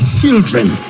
children